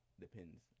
Depends